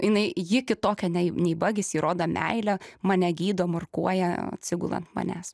jinai ji kitokia nei nei bagis ji rodo meilę mane gydo murkuoja atsigula ant manęs